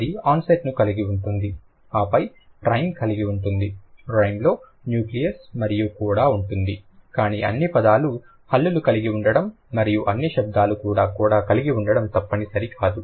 ఇది ఆన్సెట్ ని కలిగి ఉంటుంది ఆపై రైమ్ ఉంటుంది రైమ్ లో న్యూక్లియస్ మరియు కోడా ఉంటుంది కానీ అన్ని పదాలు హల్లులు కలిగి ఉండటం మరియు అన్ని శబ్దాలు కూడా కోడా కలిగి ఉండటం తప్పనిసరి కాదు